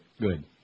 Good